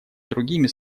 другими